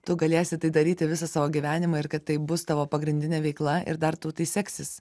tu galėsi tai daryti visą savo gyvenimą ir kad tai bus tavo pagrindinė veikla ir dar tau tai seksis